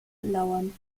lauern